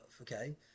okay